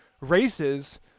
races